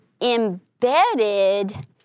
embedded